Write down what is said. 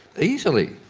easily.